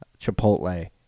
chipotle